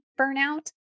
burnout